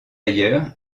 ailleurs